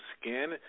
skin